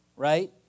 Right